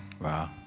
Wow